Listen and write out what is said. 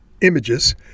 images